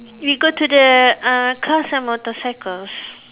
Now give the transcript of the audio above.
we go to the uh cars and motorcycles